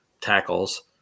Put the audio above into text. tackles